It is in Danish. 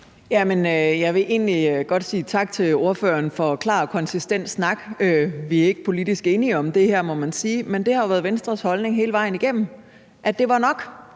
Jeg vil egentlig godt sige tak til ordføreren for klar og konsistent snak. Vi er ikke politisk enige om det her, må man sige, men det har jo været Venstres holdning hele vejen igennem, at det var nok,